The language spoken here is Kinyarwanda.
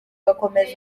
agakomeza